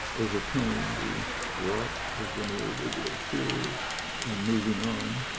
overcoming the rot of the new liberal period and moving on,